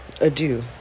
adieu